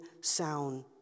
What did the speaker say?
sound